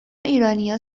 ایرانیها